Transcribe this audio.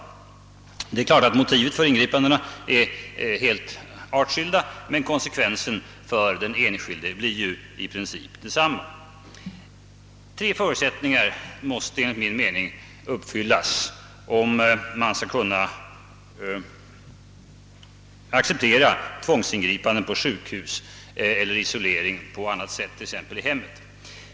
Det är klart att motiven för ingripandena är helt artskilda, men konsekvenserna för den enskilde blir ju i princip desamma. Tre förutsättningar måste enligt min mening uppfyllas om man skall kunna acceptera tvångsintagning på sjukhus eller isolering på annat sätt, t.ex. i hemmet.